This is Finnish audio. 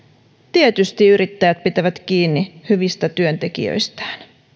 tietysti yrittäjät pitävät kiinni hyvistä työntekijöistään